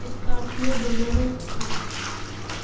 Scorpio Bolero star